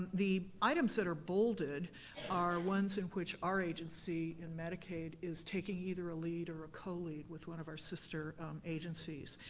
the items that are bolded are ones in which our agency and medicaid is taking either a lead or a co-lead with one of our sister agencies.